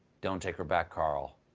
don't take her back, carl.